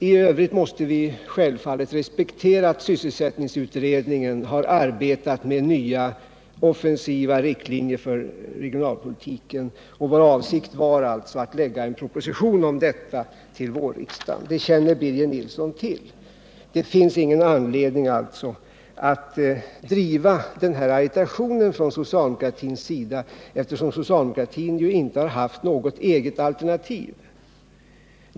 I övrigt måste vi självfallet respektera att sysselsättningsutredningen har arbetat med nya offensiva riktlinjer för regionalpolitiken. Vår avsikt var att lägga fram en proposition om detta vid vårriksdagen, och det känner Birger Nilsson till. Det finns alltså ingen anledning för socialdemokraterna att driva sådan här agitation, eftersom de inte haft något eget alternativ.